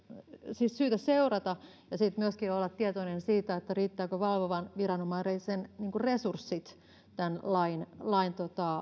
syytä seurata ja myöskin olla tietoinen siitä riittävätkö valvovan viranomaisen resurssit tämän lain lain